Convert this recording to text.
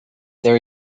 there